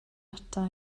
ata